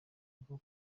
bwo